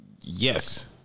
Yes